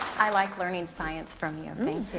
i like learning science from you.